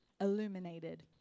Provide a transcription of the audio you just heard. illuminated